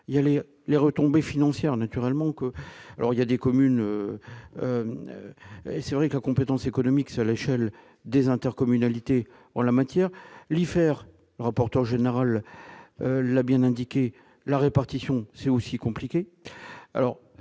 il y a les les retombées financières naturellement que alors il y a des communes et c'est vrai que la compétence économique, la Shell des intercommunalités en la matière, l'hiver, rapporteur général l'bien indiqué : la répartition c'est aussi compliqué